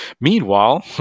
Meanwhile